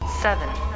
seven